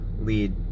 lead